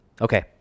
Okay